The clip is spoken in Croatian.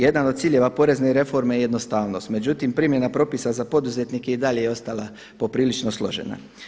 Jedan od ciljeva porezne reforme je jednostavnost, međutim primjena propisa za poduzetnike je i dalje ostala poprilično složena.